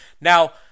Now